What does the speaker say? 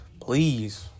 please